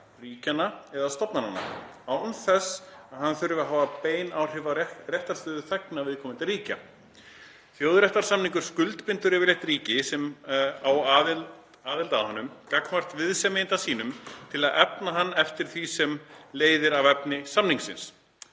ríkjanna eða stofnananna án þess að hann þurfi að hafa bein áhrif á réttarstöðu þegna viðkomandi ríkja. Þjóðréttarsamningur skuldbindur yfirleitt ríki sem á aðild að honum gagnvart viðsemjanda sínum til að efna hann eftir því sem leiðir af efni samningsins.